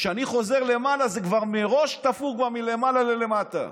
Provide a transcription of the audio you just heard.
כשאני חוזר למעלה, זה כבר מראש תפור מלמעלה למטה.